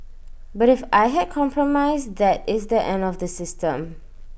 but if I had compromised that is the end of the system